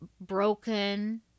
broken